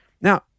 Now